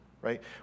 right